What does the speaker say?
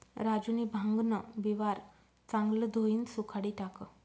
राजूनी भांगन बिवारं चांगलं धोयीन सुखाडी टाकं